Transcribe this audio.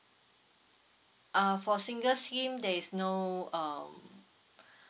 uh for single scheme there is no um